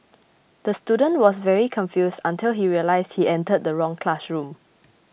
the student was very confused until he realised he entered the wrong classroom